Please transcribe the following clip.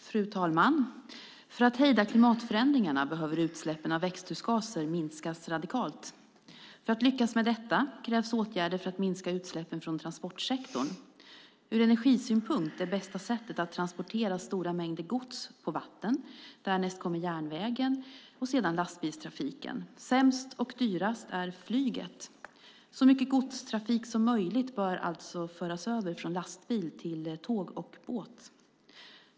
Fru talman! För att hejda klimatförändringarna behöver utsläppen av växthusgaser minskas radikalt. För att lyckas med detta krävs åtgärder för att minska utsläppen från transportsektorn. Ur energisynpunkt är bästa sättet att transportera stora mängder gods på vatten, därnäst kommer järnvägen och sedan lastbilstrafiken. Sämst och dyrast är flyget. Så mycket godstrafik som möjligt bör alltså föras över från lastbil till tåg och båt.